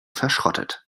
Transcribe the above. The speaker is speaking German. verschrottet